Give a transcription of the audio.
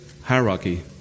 hierarchy